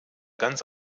ganz